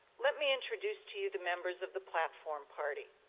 let me introduce to you the members of the platform party.